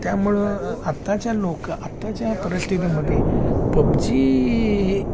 त्यामुळं आत्ताच्या लोकं आत्ताच्या परिस्थितीमध्ये पबजी हे